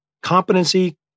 Competency